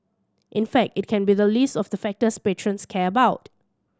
in fact it can be the least of the factors patrons care about